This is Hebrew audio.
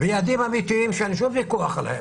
ויעדים אמיתיים שאין שום ויכוח עליהם,